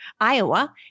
Iowa